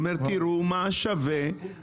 הוא אומר תראו מה שווה מה שאתם מוציאים.